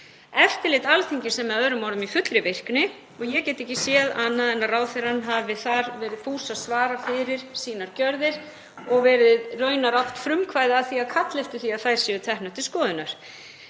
Eftirlit Alþingis er með öðrum orðum í fullri virkni og ég get ekki séð annað en að ráðherrann hafi þar verið fús að svara fyrir sínar gjörðir og raunar átt frumkvæði að því að kalla eftir því að þær séu teknar til skoðunar.